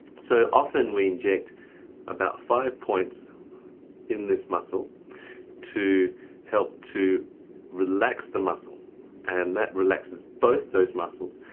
so often we inject about five points in this muscle to help to relax the muscle and that relaxes both those muscles.